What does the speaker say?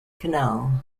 canal